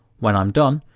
when i'm done,